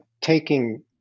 taking